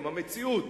עם המציאות.